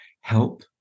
help